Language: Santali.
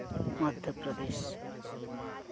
ᱢᱚᱫᱽᱫᱷᱚ ᱯᱨᱚᱫᱮᱥ